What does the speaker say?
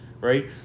Right